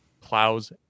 plows